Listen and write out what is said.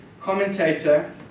commentator